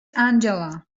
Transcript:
angela